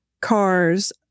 cars